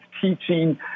teaching